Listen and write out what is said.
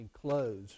clothes